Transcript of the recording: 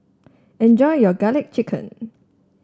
enjoy your garlic chicken